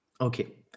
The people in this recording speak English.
Okay